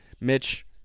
Mitch